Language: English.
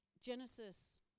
Genesis